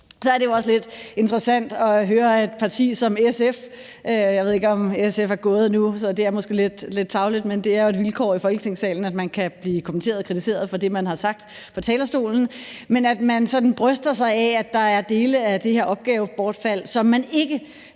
det er måske lidt tarveligt, men det er jo et vilkår i Folketingssalen, at man kan få kommentarer om og blive kritiseret for det, man har sagt fra talerstolen – sådan bryster sig af, at der er dele af det her opgavebortfald, som man ikke